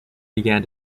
began